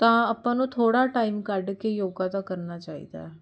ਤਾਂ ਆਪਾਂ ਨੂੰ ਥੋੜ੍ਹਾ ਟਾਈਮ ਕੱਢ ਕੇ ਯੋਗਾ ਤਾਂ ਕਰਨਾ ਚਾਹੀਦਾ